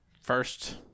first